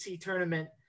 tournament